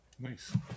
Nice